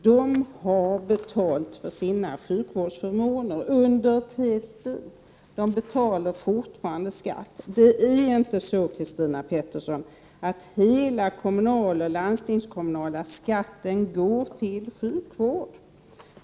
De har betalt för sina sjukvårdsförmåner, och de betalar fortfarande skatt. Det är inte så, Christina Pettersson, att hela den kommunala och landstingskommunala skatten går till sjukvård.